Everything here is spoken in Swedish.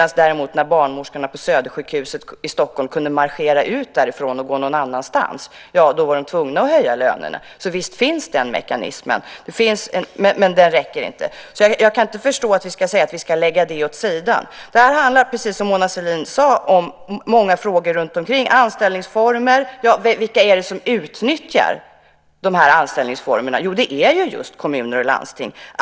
När däremot barnmorskorna på Södersjukhuset i Stockholm kunde marschera ut därifrån och gå någon annanstans var de tvungna att höja lönerna. Visst finns den mekanismen, men den räcker inte. Jag kan inte förstå att vi ska säga att vi ska lägga det åt sidan. Det här handlar, precis som Mona Sahlin sade, om många frågor runtomkring. Det kan vara anställningsformer. Vilka är det som utnyttjar de här anställningsformerna? Jo, det är just kommuner och landsting.